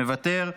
מוותרת,